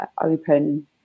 open